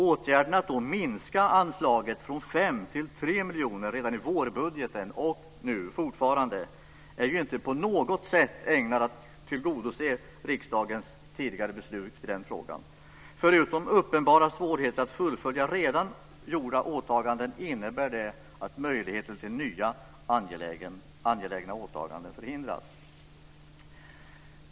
Åtgärden att då minska anslaget från 5 till 3 miljoner redan i vårbudgeten och nu fortfarande, är ju inte på något sätt ägnad att tillgodose riksdagens tidigare beslut i frågan. Förutom uppenbara svårigheter att fullfölja redan gjorda åtaganden, innebär det att möjligheter till nya angelägna åtaganden förhindras.